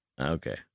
Okay